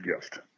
gift